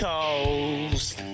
Coast